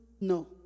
No